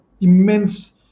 immense